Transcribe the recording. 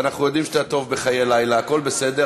ואנחנו יודעים שאתה טוב בחיי לילה, הכול בסדר.